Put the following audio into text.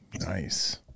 Nice